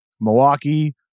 Milwaukee